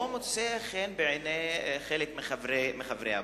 לא מוצא חן בעיני חלק מחברי הבית.